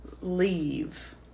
leave